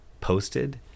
posted